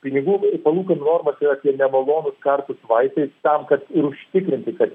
pinigų ir palūkanų normos yra tie nemalonūs kartūs vaisai tam kad ir užtikrinti kad